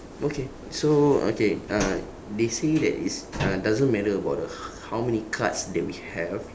okay so okay uh they say that is uh doesn't matter about the h~ how many cards that we have